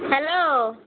hello